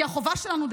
כי החובה שלנו,